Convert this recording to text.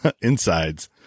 insides